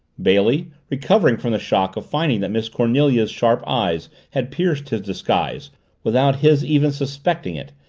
bailey, recovering from the shock of finding that miss cornelia's sharp eyes had pierced his disguise without his even suspecting it,